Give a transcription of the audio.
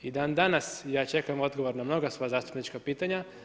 I dan danas ja čekam odgovor na mnoga svoja zastupnička pitanja.